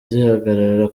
zihagarara